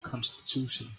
constitution